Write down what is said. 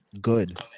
good